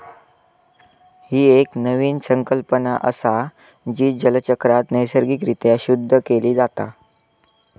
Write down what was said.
ही एक नवीन संकल्पना असा, जी जलचक्रात नैसर्गिक रित्या शुद्ध केली जाता